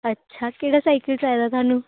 अच्छा केह्ड़ा साइकल चाही दा तुहानू